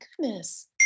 goodness